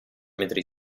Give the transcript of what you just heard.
metri